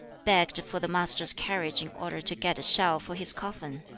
begged for the master's carriage in order to get a shell for his coffin.